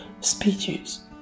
speeches